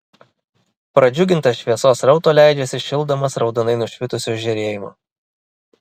pradžiugintas šviesos srauto leidžiasi šildomas raudonai nušvitusio žėrėjimo